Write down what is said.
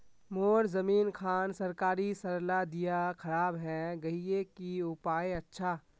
मोर जमीन खान सरकारी सरला दीया खराब है गहिये की उपाय अच्छा?